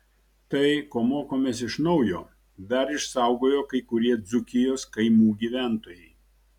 tai ko mokomės iš naujo dar išsaugojo kai kurie dzūkijos kaimų gyventojai